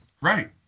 right